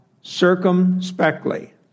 circumspectly